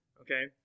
Okay